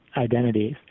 identities